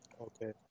Okay